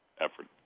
effort